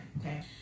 okay